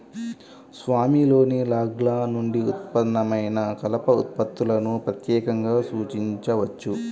స్వామిలోని లాగ్ల నుండి ఉత్పన్నమైన కలప ఉత్పత్తులను ప్రత్యేకంగా సూచించవచ్చు